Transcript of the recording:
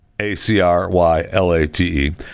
A-C-R-Y-L-A-T-E